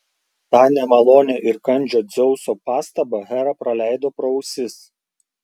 tą nemalonią ir kandžią dzeuso pastabą hera praleido pro ausis